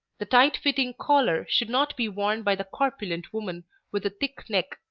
the tight-fitting collar should not be worn by the corpulent woman with a thick neck,